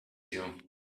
you